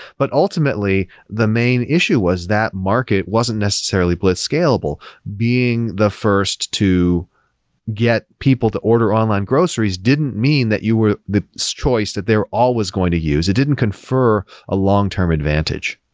but ultimately, the main issue was that market wasn't necessarily blitz scalable. being the first to get people to order online groceries didn't mean that you were the so choice that they're always going to use. it didn't confer a long-term advantage.